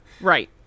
Right